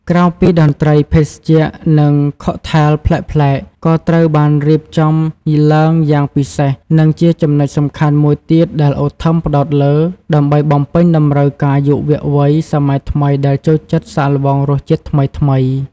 ក្រៅពីតន្ត្រី ភេសជ្ជៈ និង ខុកថេល ប្លែកៗ ក៏ត្រូវបានរៀបចំឡើងយ៉ាងពិសេស និងជាចំណុចសំខាន់មួយទៀតដែល អូ ថឹម ផ្ដោតលើ ដើម្បីបំពេញតម្រូវការយុវវ័យសម័យថ្មីដែលចូលចិត្តសាកល្បងរសជាតិថ្មីៗ។